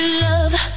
love